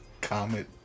comment